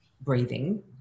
breathing